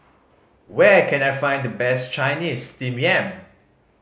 where can I find the best Chinese Steamed Yam